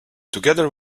together